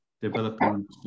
developing